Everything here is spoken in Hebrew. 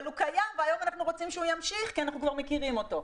אבל הוא קיים והיום אנחנו רוצים שהוא ימשיך כי אנחנו כבר מכירים אותו.